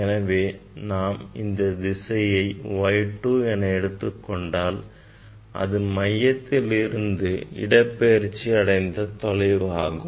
எனவே நாம் இந்தத் திசையை Y2 என எடுத்துக்கொண்டால் அது மையத்திலிருந்து இடப்பெயர்ச்சி அடைந்த தொலைவு ஆகும்